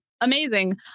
amazing